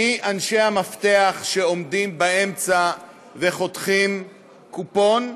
מי אנשי המפתח שעומדים באמצע וחותכים קופון,